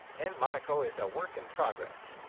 and monaco is a work in progress.